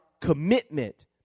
commitment